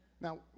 Now